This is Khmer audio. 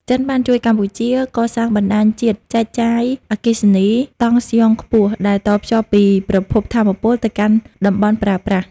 ចិនបានជួយកម្ពុជាកសាងបណ្ដាញជាតិចែកចាយអគ្គិសនីតង់ស្យុងខ្ពស់ ដែលតភ្ជាប់ពីប្រភពថាមពលទៅកាន់តំបន់ប្រើប្រាស់។